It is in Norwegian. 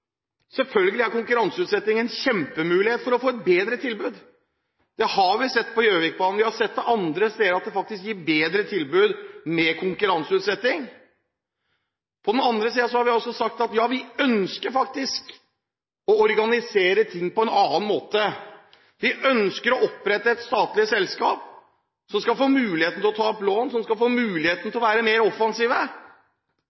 Selvfølgelig er konkurranseutsetting en kjempemulighet for å få et bedre tilbud. Vi har sett det når det gjelder Gjøvikbanen – og vi har sett det andre steder – at konkurranseutsetting faktisk gir bedre tilbud. På den annen side har vi sagt at vi ønsker å organisere ting på en annen måte. Vi ønsker å opprette et statlig selskap som skal få mulighet til å ta opp lån, og som skal få